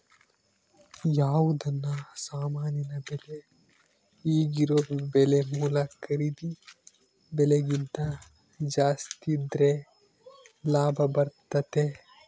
ಯಾವುದನ ಸಾಮಾನಿನ ಬೆಲೆ ಈಗಿರೊ ಬೆಲೆ ಮೂಲ ಖರೀದಿ ಬೆಲೆಕಿಂತ ಜಾಸ್ತಿದ್ರೆ ಲಾಭ ಬರ್ತತತೆ